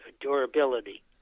durability